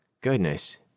Goodness